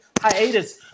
hiatus